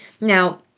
now